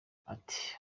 ati